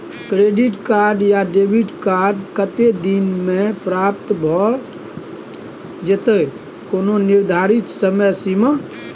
Credit या debit card कत्ते दिन म प्राप्त भ जेतै, कोनो निर्धारित समय सीमा?